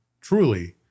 truly